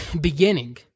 beginning